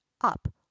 up